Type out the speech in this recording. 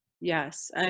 Yes